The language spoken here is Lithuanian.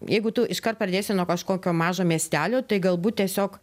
jeigu tu iškart pradėsi nuo kažkokio mažo miestelio tai galbūt tiesiog